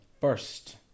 first